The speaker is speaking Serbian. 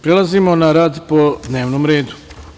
Prelazimo na rad po dnevnom redu.